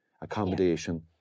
accommodation